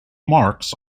marks